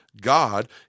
God